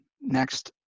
next